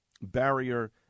Barrier